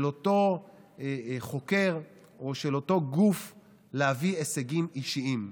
אותו חוקר או של אותו גוף להביא הישגים אישיים.